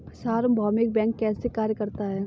सार्वभौमिक बैंक कैसे कार्य करता है?